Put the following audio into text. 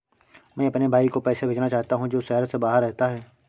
मैं अपने भाई को पैसे भेजना चाहता हूँ जो शहर से बाहर रहता है